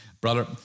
brother